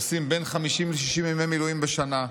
עושים בין 50 ל-60 ימי מילואים בשנה,